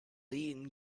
eaten